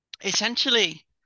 Essentially